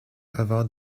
avant